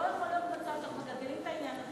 לא יכול להיות מצב שאנחנו מגלגלים את העניין הזה